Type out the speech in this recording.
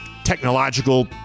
technological